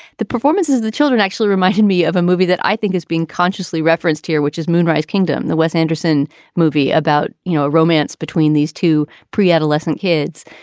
the performances the children actually reminded me of a movie that i think is being consciously referenced here, which is moonrise kingdom, the west anderson movie about, you know, a romance between these two pre-adolescent kids.